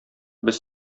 без